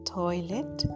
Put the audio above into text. toilet